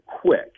quick